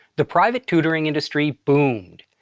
the private tutoring industry boomed.